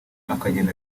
akagenda